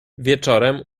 wieczorem